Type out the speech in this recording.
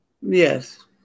Yes